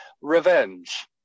revenge